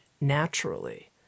naturally